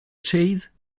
chase